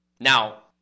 Now